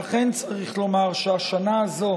ואכן צריך לומר שהשנה הזו